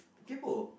kaypo